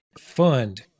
fund